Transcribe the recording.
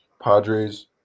Padres